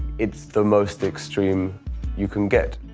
it's the most extreme you can get.